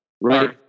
Right